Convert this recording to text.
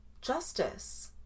Justice